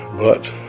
but